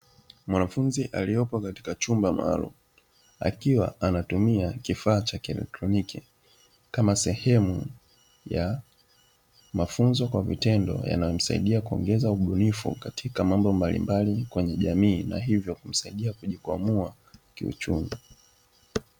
Mwanafunzi aliyeko katika chumba maalumu, akiwa anatumia kifaa cha kieletroniki kama sehemu ya mafunzo kwa vitendo yanayomsaidia kuongeza ubunifu katika mambo mbalimbali kwenye jamii na hivyo kumsaidia kujikwamua kiuchumi.